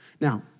Now